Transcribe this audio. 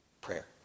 Prayer